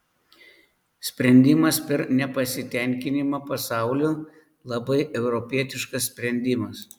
sprendimas per nepasitenkinimą pasauliu labai europietiškas sprendimas